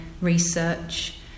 research